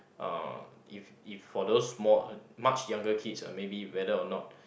uh if if for those small much younger kids ah maybe whether or not